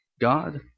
God